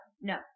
no